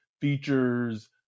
features